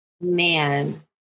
Man